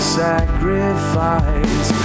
sacrifice